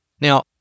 Now